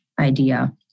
idea